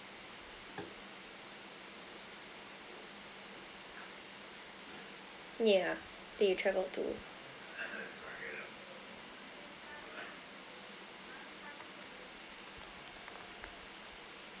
yeah that you travelled to